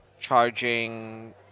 charging